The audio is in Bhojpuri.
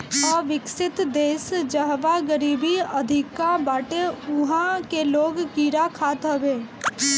अविकसित देस जहवा गरीबी अधिका बाटे उहा के लोग कीड़ा खात हवे